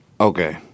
Okay